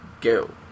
go